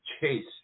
chase